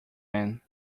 man